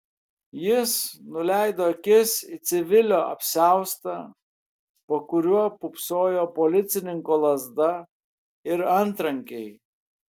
jis nuleido akis į civilio apsiaustą po kuriuo pūpsojo policininko lazda ir antrankiai